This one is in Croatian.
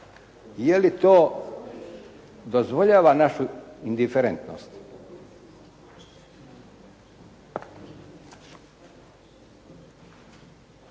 Je li to dozvoljava našu indiferentnost?